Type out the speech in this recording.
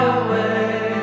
away